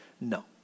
no